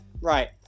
Right